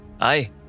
Aye